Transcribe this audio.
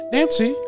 Nancy